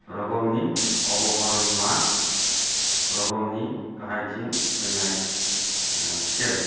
रगमनि अवरहनमा रगमनि गाहायथिं फैनाय स्खेल